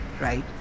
right